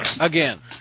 Again